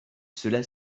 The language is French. cela